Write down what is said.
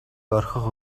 орхих